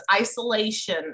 isolation